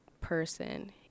person